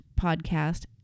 podcast